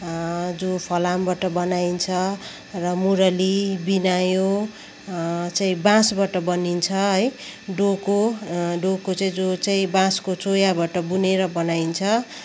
जो फलामबट बनाइन्छ र मुरली बिनायो चाहिँ बाँसबाट बनिन्छ है डोको डोको चाहिँ जो चाहिँ बाँसको चोयाबाट बुनेर बनाइन्छ